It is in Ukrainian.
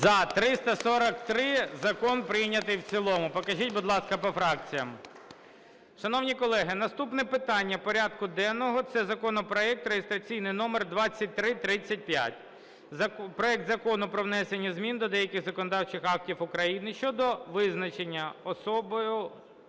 За-343 Закон прийнятий в цілому. Покажіть, будь ласка, по фракціям. Шановні колеги, наступне питання порядку денного – це законопроект (реєстраційний номер 2335), проект Закону про внесення змін до деяких законодавчих актів України щодо визнання особою